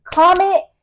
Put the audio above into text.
comment